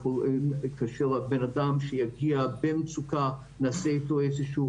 כאשר הבן אדם שיגיע במצוקה נעשה איתו איזושהי